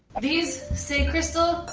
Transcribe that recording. these say crystal.